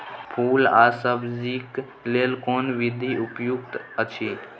फूल आ सब्जीक लेल कोन विधी उपयुक्त अछि?